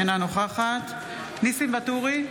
אינה נוכחת ניסים ואטורי,